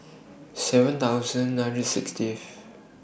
seven thousand nine sixty